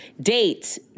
Dates